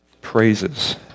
praises